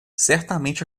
certamente